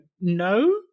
no